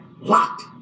locked